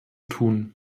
tun